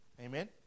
Amen